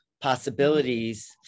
possibilities